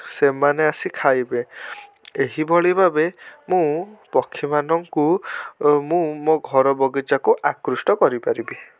ସେମାନେ ଆସି ଖାଇବେ ଏହିଭଳି ଭାବେ ମୁଁ ପକ୍ଷୀମାନଙ୍କୁ ଓ ମୁଁ ମୋ ଘର ବଗିଚାକୁ ଆକୃଷ୍ଟ କରିପାରିବି